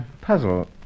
puzzle